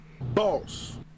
Boss